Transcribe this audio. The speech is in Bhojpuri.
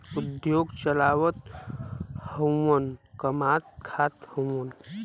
उद्योग चलावत हउवन कमात खात हउवन